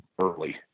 early